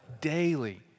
daily